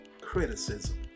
criticism